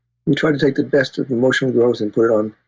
we try to take the best of emotional growth and put it on.